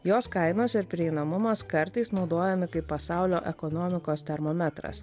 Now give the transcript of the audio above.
jos kainos ir prieinamumas kartais naudojami kaip pasaulio ekonomikos termometras